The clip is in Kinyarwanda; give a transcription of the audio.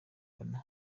mbona